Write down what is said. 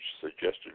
suggested